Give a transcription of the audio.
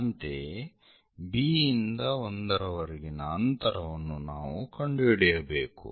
ಅಂತೆಯೇ B ಇಂದ 1 ರವರೆಗಿನ ಅಂತರವನ್ನು ನಾವು ಕಂಡುಹಿಡಿಯಬೇಕು